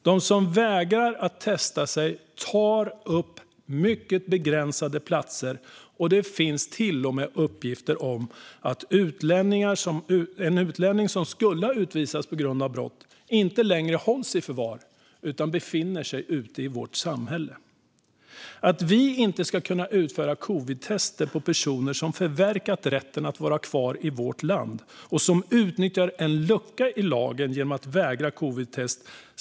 De som vägrar att testa sig tar upp de mycket begränsade platserna. Det finns till och med uppgifter om att en utlänning som skulle ha utvisats på grund av brott inte längre hålls i förvar utan befinner sig ute i vårt samhälle. Det är bortom all rim och reson att vi inte ska kunna utföra covidtester på personer som har förverkat rätten att vara kvar i vårt land och som utnyttjar en lucka i lagen genom att vägra ta covidtest.